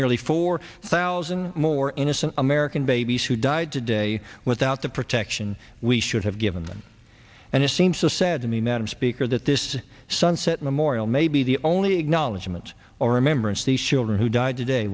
nearly four thousand more innocent american babies who died today without the protection we should have given and it seems to said to me madam speaker that this sunset memorial may be the only acknowledgment or remembrances these children who died today